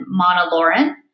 monolaurin